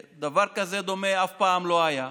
דבר דומה לזה אף פעם לא היה.